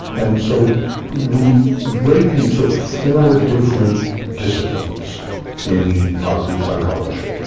and so we break into four different disciplines in positive psychology.